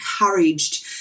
encouraged